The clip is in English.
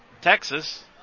Texas